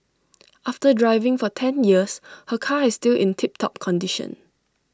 after driving for ten years her car is still in tip top condition